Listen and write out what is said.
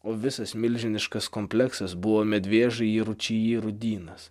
o visas milžiniškas kompleksas buvo medvėžyje ručy rūdynas